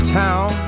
town